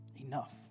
Enough